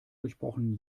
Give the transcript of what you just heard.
durchbrochen